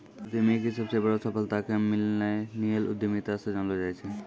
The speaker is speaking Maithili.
उद्यमीके सबसे बड़ो सफलता के मिल्लेनियल उद्यमिता से जानलो जाय छै